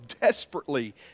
desperately